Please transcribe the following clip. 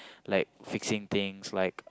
like fixing things like